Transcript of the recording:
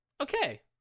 Okay